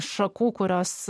šakų kurios